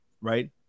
right